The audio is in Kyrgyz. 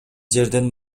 жерден